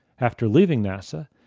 after leaving nasa,